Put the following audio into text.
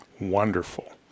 Wonderful